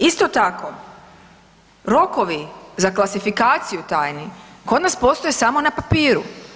Isto tako, rokovi za klasifikaciju tajni kod nas postoje samo na papiru.